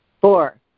Four